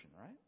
right